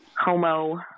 homo